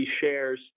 shares